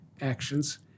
actions